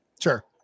Sure